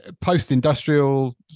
post-industrial